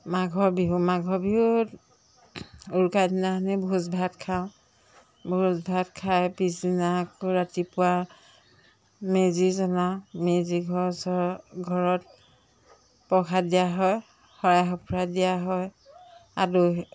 মাঘৰ বিহু মাঘৰ বিহুত উৰুকাৰ দিনাখনি ভোজ ভাত খাওঁ ভোজ ভাত খাই পিছদিনা আকৌ ৰাতিপুৱা মেজি জ্বলাওঁ মেজি ঘৰ চৰ ঘৰত প্ৰসাদ দিয়া হয় শৰাই সঁফুৰা দিয়া হয় আলহী